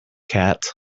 cat